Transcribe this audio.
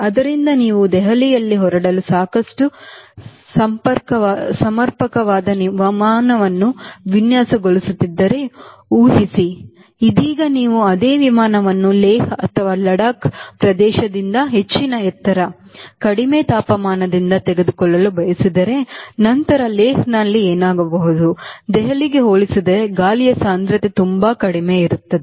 ಆದ್ದರಿಂದ ನೀವು ದೆಹಲಿಯಲ್ಲಿ ಹೊರಡಲು ಸಾಕಷ್ಟು ಸಮರ್ಪಕವಾದ ವಿಮಾನವನ್ನು ವಿನ್ಯಾಸಗೊಳಿಸುತ್ತಿದ್ದರೆ ಉಹಿಸಿ ಇದೀಗ ನೀವು ಅದೇ ವಿಮಾನವನ್ನು ಲೇಹ್ ಲಡಾಖ್ ಪ್ರದೇಶದಿಂದ ಹೆಚ್ಚಿನ ಎತ್ತರ ಕಡಿಮೆ ತಾಪಮಾನದಿಂದ ತೆಗೆದುಕೊಳ್ಳಲು ಬಯಸಿದರೆ ನಂತರ ಲೇಹ್ನಲ್ಲಿ ಏನಾಗಬಹುದು ದೆಹಲಿಗೆ ಹೋಲಿಸಿದರೆ ಗಾಳಿಯ ಸಾಂದ್ರತೆ ತುಂಬಾ ಕಡಿಮೆ ಇರುತ್ತದೆ